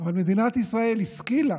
אבל מדינת ישראל השכילה